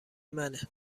منه